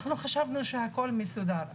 אנחנו חשבנו שהכל מסודר.